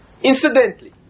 incidentally